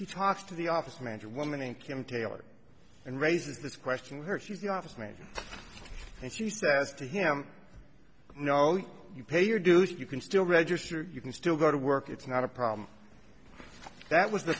he talks to the office manager woman and kim taylor and raises this question her she's the office manager and she says to him no you you pay your dues you can still register you can still go to work it's not a problem that was the